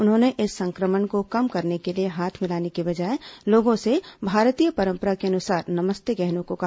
उन्होंने इस संक्रमण को कम करने के लिए हाथ मिलाने की बजाय लोगों से भारतीय परम्परा के अनुसार नमस्ते कहने को कहा